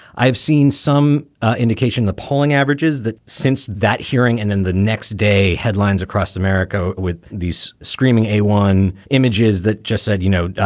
i've seen some indication the polling averages that since that hearing and then the next day headlines across america with these screaming a one images that just said, you know,